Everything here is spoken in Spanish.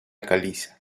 caliza